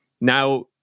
now